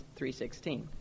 3.16